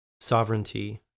sovereignty